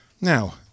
Now